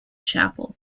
chapel